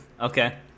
Okay